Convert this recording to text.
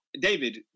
David